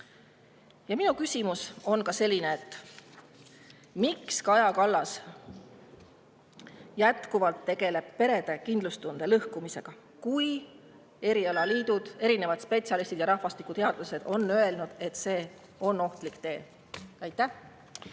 Minu küsimus on selline: miks tegeleb Kaja Kallas jätkuvalt perede kindlustunde lõhkumisega, kui erialaliidud, spetsialistid ja rahvastikuteadlased on öelnud, et see on ohtlik tee? Aitäh!